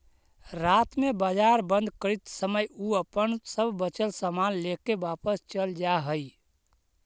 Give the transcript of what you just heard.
रात में बाजार बंद करित समय उ अपन सब बचल सामान लेके वापस चल जा हइ